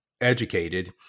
educated